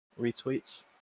retweets